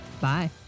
Bye